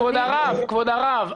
כבוד הרב,